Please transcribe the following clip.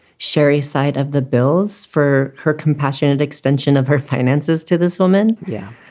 sheri, side of the bills for her compassionate extension of her finances to this woman. yeah.